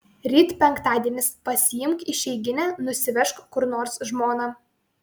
ryt penktadienis pasiimk išeiginę nusivežk kur nors žmoną